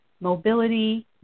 mobility